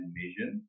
vision